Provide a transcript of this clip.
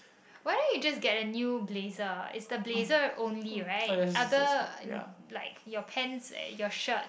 why don't you just get a new blazer is the blazer only right other like your pants your shirt